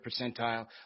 percentile